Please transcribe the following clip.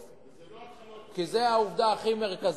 יופי, כי זה העובדה הכי מרכזית.